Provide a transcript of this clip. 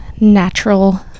natural